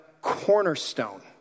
cornerstone